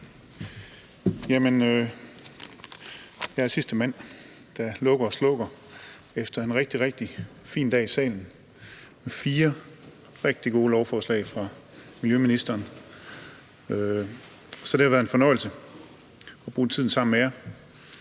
Jeg er sidste mand, der lukker og slukker efter en rigtig, rigtig fin dag i salen med fire rigtig gode lovforslag fra miljøministeren. Så det har været en fornøjelse at bruge tiden sammen med jer.